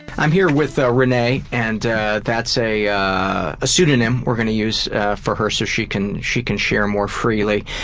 i'm here with renee, and that's a ah ah pseudonym we're going to use for her so she can she can share more freely.